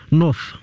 north